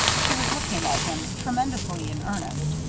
she was looking at him, tremendously in earnest,